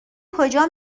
کجا